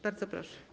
Bardzo proszę.